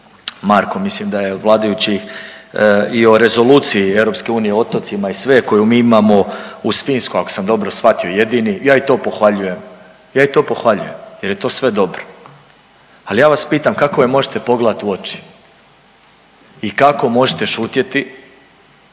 Marko mislim od vladajućih i o Rezoluciji EU o otocima i sve koju mi imamo uz Finsku ako sam dobro shvatio jedini, ja i to pohvaljujem, ja i to pohvaljujem jer je to sve dobro. Ali ja vas pitam kako me možete pogledati u oči i kako možete šutjeti